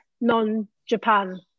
non-Japan